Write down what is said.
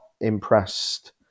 impressed